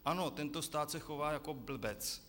Ano, tento stát se chová jako blbec.